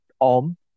Om